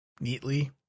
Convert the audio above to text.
neatly